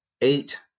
eight